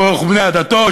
קורח ובני עדתו,